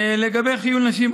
לגבי חיול נשים,